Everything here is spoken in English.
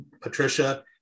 Patricia